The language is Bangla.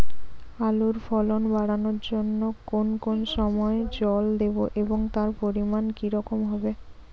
আলুর ফলন বাড়ানোর জন্য কোন কোন সময় জল দেব এবং তার পরিমান কি রকম হবে?